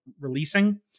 releasing